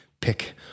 pick